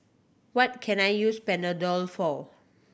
what can I use Panadol for